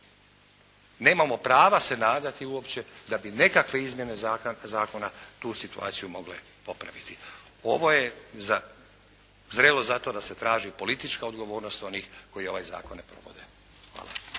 nemamo prava se nadati uopće da bi nekakve izmjene zakona tu situaciju mogle popraviti. Ovo je zrelo za to da se traži politička odgovornost onih koji ovaj zakon ne provode. Hvala.